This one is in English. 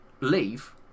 leave